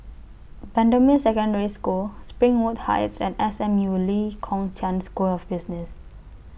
Bendemeer Secondary School Springwood Heights and S M U Lee Kong Chian School of Business